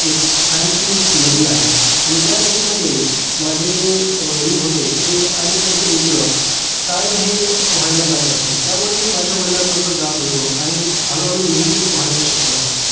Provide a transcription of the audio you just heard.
एक छानशी नदी आहे आणि त्या नदीमध्ये माझे जे अ वडील होते ते आणि त्यांचे मित्र कायम हे पोहायला जात असत त्यामुळे मी माझ्या वडलांबरोबर जात होतो आणि हळूहळू मीही ते पोहायला शिकलो